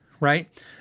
right